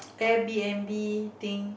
a_b_m_b thing